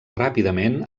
ràpidament